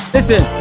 Listen